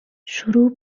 شروع